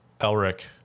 Elric